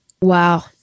Wow